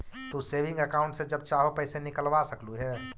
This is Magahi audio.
तू सेविंग अकाउंट से जब चाहो पैसे निकलवा सकलू हे